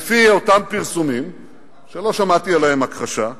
תעשה אתה.